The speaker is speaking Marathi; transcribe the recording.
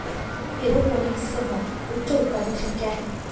एरोपोनिक्ससह उच्च उत्पादन शक्य आहे